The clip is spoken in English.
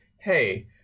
hey